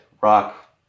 Rock